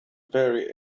very